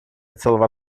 целого